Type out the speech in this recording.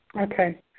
Okay